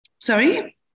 Sorry